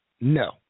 No